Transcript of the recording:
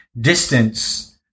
distance